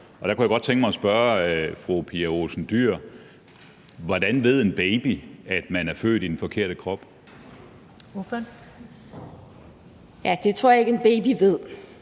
år. Der kunne jeg godt tænke mig at spørge fru Pia Olsen Dyhr: Hvordan ved en baby, at den er født i den forkerte krop? Kl. 11:19 Første næstformand